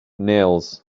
nails